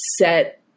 set